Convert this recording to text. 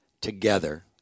together